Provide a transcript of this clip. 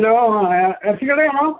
hello ആ ഇറച്ചിക്കടയാണോ